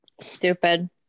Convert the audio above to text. Stupid